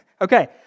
Okay